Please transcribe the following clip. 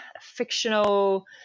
fictional